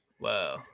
Wow